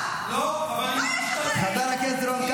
הם לא הורסים, אדוני השר,